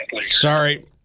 Sorry